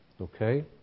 Okay